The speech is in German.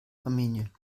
armenien